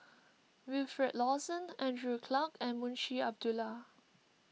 Wilfed Lawson Andrew Clarke and Munshi Abdullah